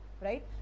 right